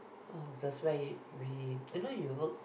orh because why we~ you know you work